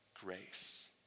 Grace